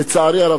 לצערי הרב.